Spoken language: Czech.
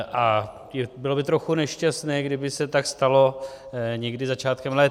A bylo by trochu nešťastné, kdyby se tak stalo někdy začátkem léta.